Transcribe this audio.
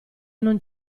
non